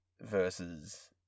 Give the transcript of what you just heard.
versus